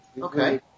Okay